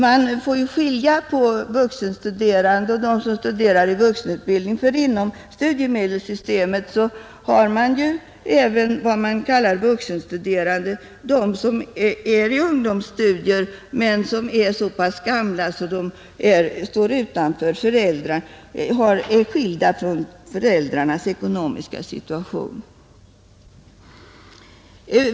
Man får skilja mellan vuxenstuderande och dem som studerar i vuxenutbildning, för inom studiemedelssystemet finns ju även vad som kallas vuxenstuderande, dvs. sådana som bedriver ungdomsstudier men är så pass gamla att de är skilda från föräldrarnas ekonomiska situation.